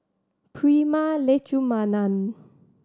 Prema Letchumanan